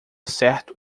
certo